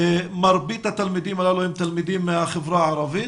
מרבית התלמידים הללו הם תלמידים מהחברה הערבית